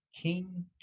King